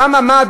למה?